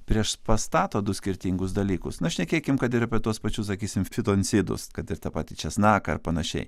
priešpastato du skirtingus dalykus na šnekėkim kad ir apie tuos pačius sakysim fitoncidus kad ir tą patį česnaką ir panašiai